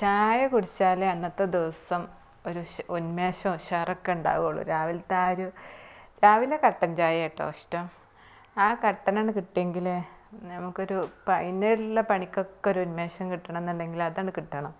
ചായ കുടിച്ചാൽ അന്നത്തെ ദിവസം ഒരു ഷ് ഉൻമേഷവും ഉഷാറുമൊക്കെ ഉണ്ടാവുകയുള്ളു രാവിലത്തെ ആ ഒരു രാവിലെ കട്ടഞ്ചായാട്ടോഷ്ടം ആ കട്ടനട് കിട്ടിയെങ്കിൽ നമുക്ക് ഒരു പിന്നീടുള്ള പണിക്കൊക്കെ ഒരു ഉന്മേഷം കിട്ടണമെന്നുണ്ടെങ്കിൽ അതങ്ങട് കിട്ടണം